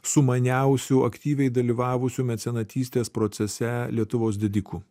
sumaniausių aktyviai dalyvavusių mecenatystės procese lietuvos didikų